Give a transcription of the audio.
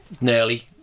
nearly